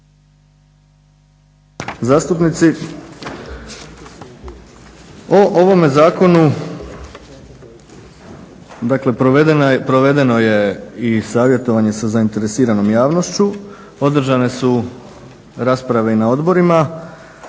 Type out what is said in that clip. zastupnici o ovome zakonu, dakle provedeno je i savjetovanje sa zainteresiranom javnošću, održane su rasprave i na odborima.